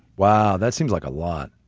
wow, that seems like a lot